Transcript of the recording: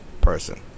person